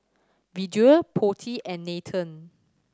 Vedre Potti and Nathan